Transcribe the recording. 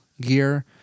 gear